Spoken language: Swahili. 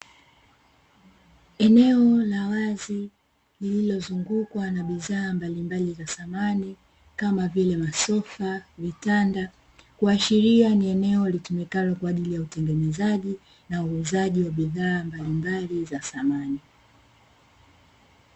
Eneo la wazi lililozungukwa na bidhaa mbalimbali za samani kama vile masofa, vitanda, kuashiria ni eneo litumikalo kwa ajili ya utengenezaji na uuzaji wa bidhaa mbalimbali za samani.